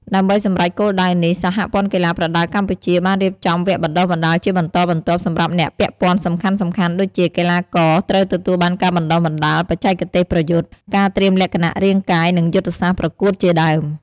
ដើម្បីសម្រេចគោលដៅនេះ សហព័ន្ធកីឡាប្រដាល់កម្ពុជា បានរៀបចំវគ្គបណ្តុះបណ្តាលជាបន្តបន្ទាប់សម្រាប់អ្នកពាក់ព័ន្ធសំខាន់ៗដូចជា កីឡាករ ត្រូវទទួលបានការបណ្តុះបណ្តាលបច្ចេកទេសប្រយុទ្ធ ការត្រៀមលក្ខណៈរាងកាយ និងយុទ្ធសាស្ត្រប្រកួតជាដើម។